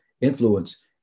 influence